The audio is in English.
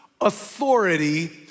authority